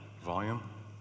volume